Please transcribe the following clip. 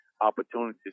opportunities